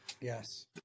Yes